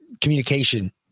communication